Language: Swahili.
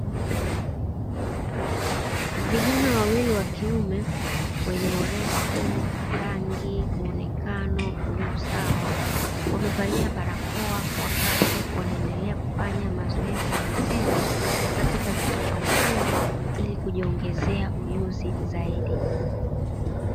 Vijana wawili wa kiume: wenye urefu, rangi, muonekano ulio sawa, wamevalia barakoa wakati wanaendelea kufanya mazoezi ya vitendo; katika chuo cha ufundi ili kujiongezea ujuzi zaidi.